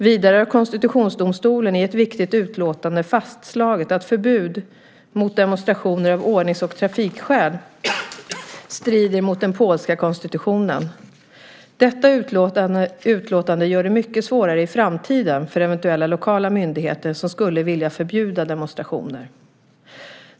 Vidare har konstitutionsdomstolen i ett viktigt utlåtande fastslagit att förbud mot demonstrationer av ordnings och trafikskäl strider mot den polska konstitutionen. Detta utlåtande gör det mycket svårare i framtiden för eventuella lokala myndigheter som skulle vilja förbjuda demonstrationer.